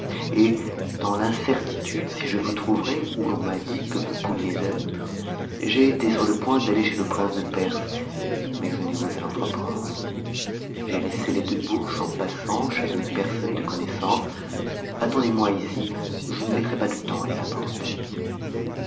et dans l'incertitude si je vous trouverais où l'on m'a dit que vous pouviez être j'ai été sur le point d'aller chez le prince de perse mais je n'ai osé l'entreprendre j'ai laissé les deux bourses en passant chez une personne de connaissance attendezmoi ici je ne mettrai pas de temps à les apporter